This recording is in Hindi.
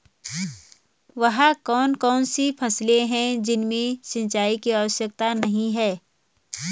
वह कौन कौन सी फसलें हैं जिनमें सिंचाई की आवश्यकता नहीं है?